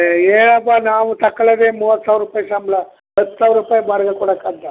ಏನಪ್ಪಾ ನಾವು ತಗಳದೆ ಮೂವತ್ತು ಸಾವಿರ ರೂಪಾಯಿ ಸಂಬಳ ಹತ್ತು ಸಾವಿರ ರೂಪಾಯಿ ಬಾಡಿಗೆ ಕೊಡಕ್ ಆಗುತ್ತ